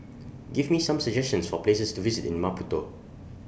Give Me Some suggestions For Places to visit in Maputo